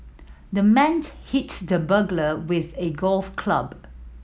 the man hit the burglar with a golf club